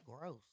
gross